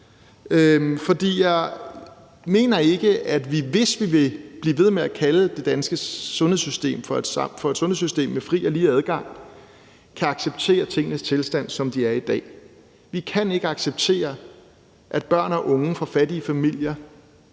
jeg mener ikke, at vi, hvis vi vil blive ved med at kalde det danske sundhedssystem for et sundhedssystem med fri og lige adgang, kan acceptere tingenes tilstand, som de er i dag. Vi kan ikke acceptere, at børn og unge fra fattige familier